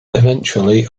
eventually